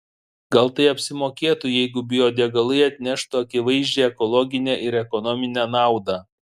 gal tai apsimokėtų jeigu biodegalai atneštų akivaizdžią ekologinę ir ekonominę naudą